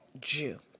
Jew